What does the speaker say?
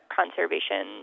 conservation